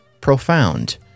profound